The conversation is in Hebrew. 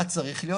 מה צריך להיות?